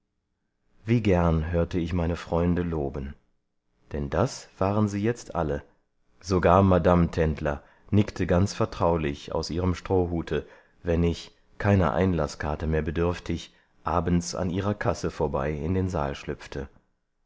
wie gern hörte ich meine freunde loben denn das waren sie jetzt alle sogar madame tendler nickte ganz vertraulich aus ihrem strohhute wenn ich keiner einlaßkarte mehr bedürftig abends an ihrer kasse vorbei in den saal schlüpfte